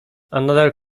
another